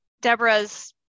deborah's